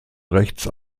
rechts